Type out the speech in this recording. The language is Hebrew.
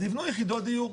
אז יבנו יחידות דיור.